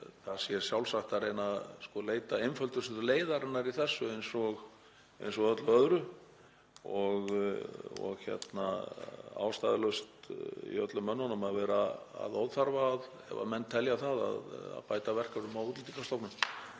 það sé sjálfsagt að reyna að leita einföldustu leiðarinnar í þessu eins og öllu öðru og ástæðulaust í öllum önnunum að vera að óþörfu, ef menn telja það, að bæta verkefnum á Útlendingastofnun.